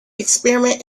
experiment